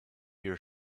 your